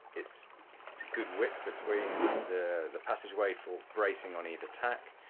it's it's a good width between the the passageway for bracing on either tack,